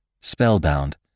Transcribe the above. Spellbound